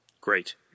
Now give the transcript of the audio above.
Great